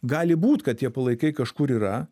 gali būt kad tie palaikai kažkur yra